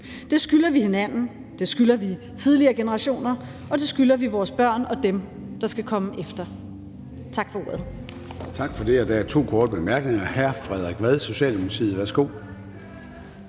Det skylder vi hinanden, det skylder vi tidligere generationer, og det skylder vi vores børn og dem, der skal komme efter. Tak for ordet. Kl. 13:19 Formanden (Søren Gade): Tak for det. Der er to ønsker om korte bemærkninger. Først er det hr. Frederik Vad, Socialdemokratiet. Værsgo.